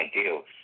ideals